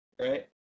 right